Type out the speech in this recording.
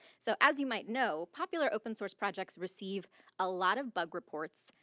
so as you might know. popular open source projects received a lot of bug reports,